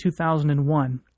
2001